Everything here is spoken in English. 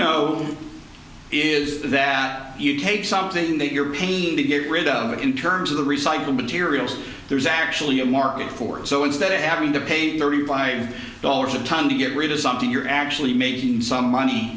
know is that you take something that you're painting to get rid of it in terms of the recycled materials there's actually a market for it so instead of having to pay thirty five dollars a ton to get rid of something you're actually making some money